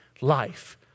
life